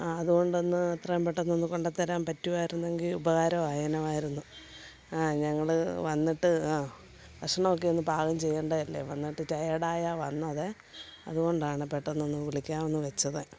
അ അതുകൊണ്ടൊന്ന് എത്രയും പെട്ടെന്നൊന്നു കൊണ്ടു തരാൻ പറ്റുമായിരുന്നെങ്കിൽ ഉപകാരമായേനെമായിരുന്നു അ ഞങ്ങൾ വന്നിട്ട് അ ഭക്ഷണം ഒക്കെയൊന്നു പാകം ചെയ്യേണ്ടതല്ലേ വന്നിട്ടു ടയേഡ് ആയാണു വന്നത് അതുകൊണ്ടാണ് പെട്ടെന്നൊന്നു വിളിക്കാമെന്നു വെച്ചത്